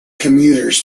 commuters